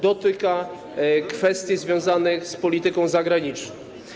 Dotyka to też kwestii związanych z polityką zagraniczną.